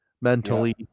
mentally